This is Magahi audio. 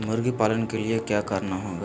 मुर्गी पालन के लिए क्या करना होगा?